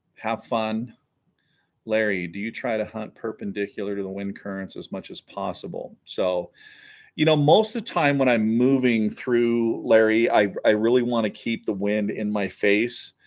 have fun larry do you try to hunt perpendicular to the wind currents as much as possible so you know most the time when i'm moving through larry i i really want to keep the wind in my face